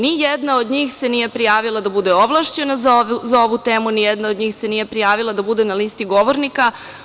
Ni jedna od njih se nije prijavila da bude ovlašćena za ovu temu, ni jedna od njih se nije prijavila da bude na listi govornika.